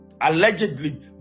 allegedly